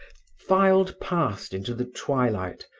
filed past into the twilight,